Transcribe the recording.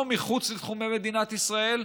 לא מחוץ לתחומי מדינת ישראל,